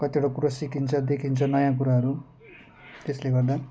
कतिवटा कुरा सिकिन्छ देखिन्छ नयाँ कुराहरू त्यसले गर्दा